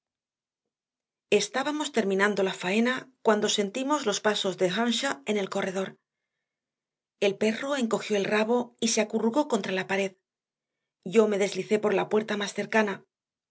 stábamos terminando la faena cuando sentimos los pasos de e arnshaw en elcorredor e lperro encogió elrabo y seacurrucó contra la pared yo me deslicé por la puerta más cercana